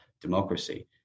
democracy